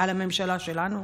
על הממשלה שלנו.